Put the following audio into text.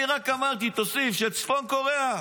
אני רק אמרתי: תוסיף שצפון קוריאה,